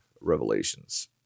revelations